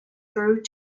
through